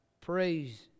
praise